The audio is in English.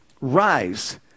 Rise